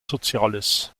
soziales